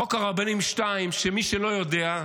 חוק הרבנים 2, שמי שלא יודע,